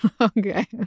Okay